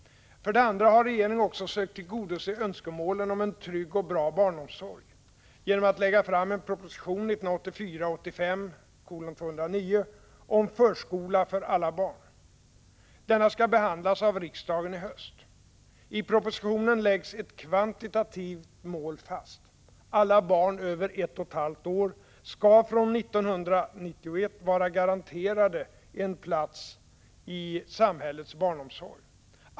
För det andra har regeringen också sökt tillgodose önskemålen om en trygg och bra barnomsorg genom att lägga fram en proposition (1984 2 år skall från 1991 vara garanterade en plats i samhällets barnomsorg.